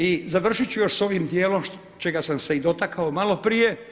I završit ću još s ovim dijelom čega sam se i dotakao malo prije.